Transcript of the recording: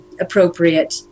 appropriate